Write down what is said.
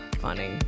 Funny